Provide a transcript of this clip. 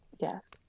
yes